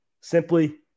Simply